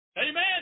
Amen